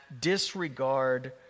disregard